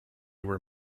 were